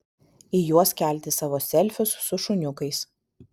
į juos kelti savo selfius su šuniukais